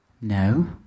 No